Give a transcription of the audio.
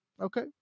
Okay